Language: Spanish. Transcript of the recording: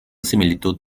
similitud